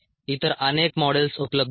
इतर अनेक मॉडेल्स उपलब्ध आहेत